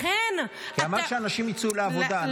לכן אתה --- כי אמרת שהנשים יצאו לעבודה.